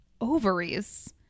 ovaries